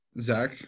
Zach